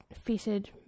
fitted